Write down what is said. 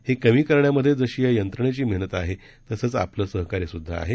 हे कमी करण्यामध्ये जशी या यंत्रणेची मेहनत आहे तसंच आपलं सहकार्य सुद्धा आहे